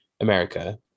America